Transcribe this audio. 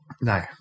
No